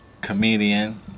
comedian